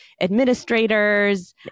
administrators